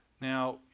Now